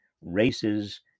races